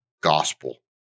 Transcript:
gospel